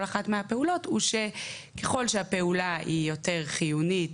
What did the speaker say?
אחת מהפעולות הוא שככל שהפעולה היא יותר חיונית